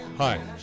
Hi